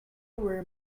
were